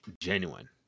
genuine